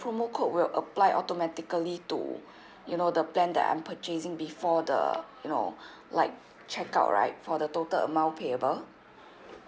promo code will apply automatically to you know the plan that I'm purchasing before the you know like check out right for the total amount payable